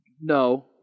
No